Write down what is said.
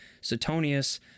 suetonius